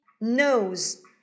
Nose